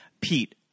Pete